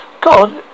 God